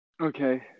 okay